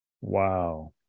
Wow